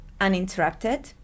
uninterrupted